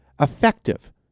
Effective